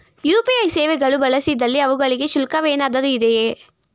UPI ಸೇವೆಗಳು ಬಳಸಿದಲ್ಲಿ ಅವುಗಳಿಗೆ ಶುಲ್ಕವೇನಾದರೂ ಇದೆಯೇ?